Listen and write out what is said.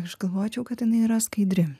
aš galvočiau kad jinai yra skaidri